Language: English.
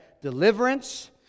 Deliverance